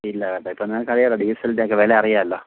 ഇല്ല കേട്ടോ ഇപ്പോൾ നിങ്ങൾക്ക് അറിയാമല്ലോ ഡീസലിൻ്റെയൊക്കെ വില അറിയാമല്ലോ